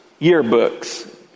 yearbooks